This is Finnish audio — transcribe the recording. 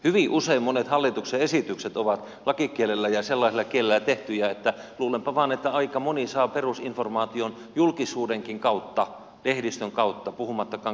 hyvin usein monet hallituksen esitykset ovat lakikielellä ja sellaisella kielellä tehtyjä että luulenpa vain että aika moni saa perusinformaation julkisuudenkin kautta lehdistön kautta puhumattakaan kansalaisista